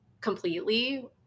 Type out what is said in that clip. completely